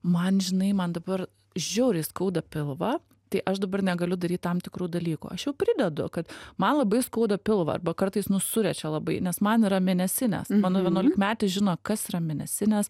man žinai man dabar žiauriai skauda pilvą tai aš dabar negaliu daryt tam tikrų dalykų aš jau pridedu kad man labai skauda pilvą arba kartais nu suriečia labai nes man yra mėnesinės mano vienuolikmetis žino kas yra mėnesinės